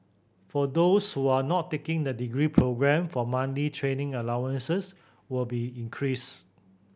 for those who are not taking the degree programme for monthly training allowances will be increased